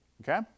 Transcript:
Okay